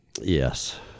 Yes